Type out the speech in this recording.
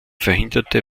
verhinderte